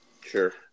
Sure